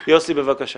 יוסי, בבקשה.